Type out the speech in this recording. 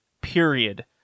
period